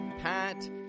Pat